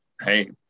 hey